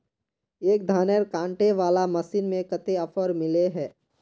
एक धानेर कांटे वाला मशीन में कते ऑफर मिले है?